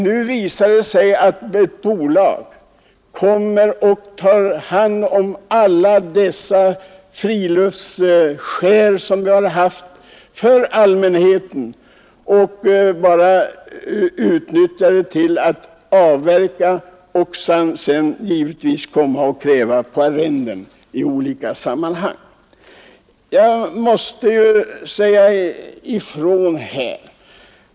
Nu visar det sig att ett bolag kommer och tar hand om och beslagtar alla dessa skär, som har varit tillgängliga för allmänheten, och utnyttjar dem till att avverka skogen där; sedan kommer bolaget givetvis att utkräva arrenden.